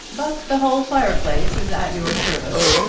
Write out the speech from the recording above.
but the whole fire-place is at your service.